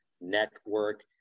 network